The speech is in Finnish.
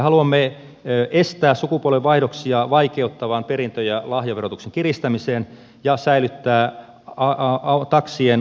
haluamme estää sukupolvenvaihdoksia vaikeuttavan perintö ja lahjaverotuksen kiristämisen ja säilyttää taksien autoverovähennyksen